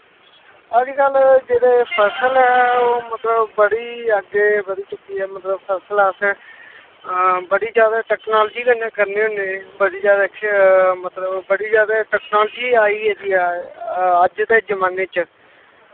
अज कल जेहाड़ी फसल ऐ ओह् मतलव बड़ा अग्गे बधी चुकी ऐ मतलव फसल अस बड़ा जादा टैकनॉसजी कन्नै करने होन्ने बड़ी जादा मतलव बड़ी जादा टैकनॉसजी आई गेदी ऐ अज्ज दे जमाने च